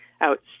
out